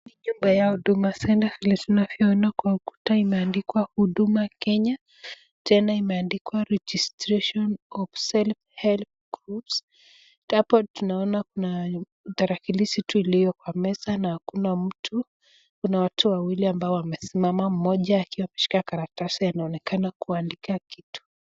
Ni nyumba ya huduma centre vile tunavyoona kwa ukuta imeandikwa huduma kenya ,tena imeandikwa registration of self help group, hapo tunaona tarakilishi iliyo tu kwa meza na hakuna mtu, kuna watu wawili ambao wamesimama mmoja ameshika karatasi anaonekana kuandika kitu.